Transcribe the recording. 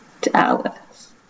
Dallas